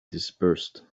dispersed